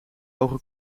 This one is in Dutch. hoge